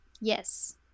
Yes